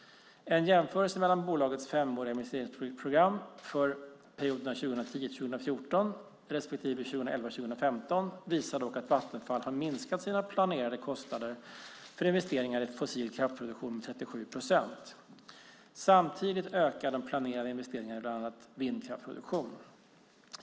En jämförelse mellan bolagets femåriga investeringsprogram för perioderna 2010-2014 respektive 2011-2015 visar dock att Vattenfall har minskat sina planerade kostnader för investeringar i fossil kraftproduktion med 37 procent. Samtidigt ökar de planerade investeringarna i bland annat vindkraftsproduktion.